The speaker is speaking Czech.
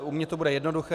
U mě to bude jednoduché.